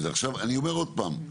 עכשיו, אני אומר עוד פעם,